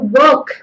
work